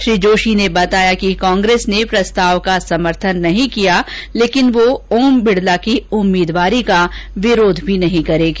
प्रहलाद जोशी ने बताया कि कांग्रेस ने प्रस्ताव का समर्थन नहीं किया लेकिन वह ओम बिड़ला की उम्मीदवारी का विरोध भी नहीं करेगी